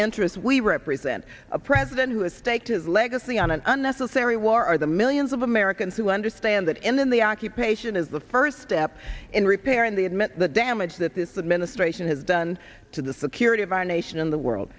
interests we represent a president who has staked his legacy on an unnecessary war the millions of americans who understand that and then the occupation is the first step in repairing the admit the damage that this administration has done to the security of our nation in the world